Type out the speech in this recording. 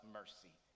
mercy